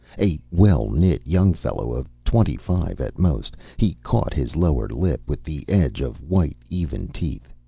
a well-knit young fellow of twenty-five at most. he caught his lower lip with the edge of white, even teeth.